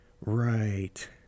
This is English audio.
Right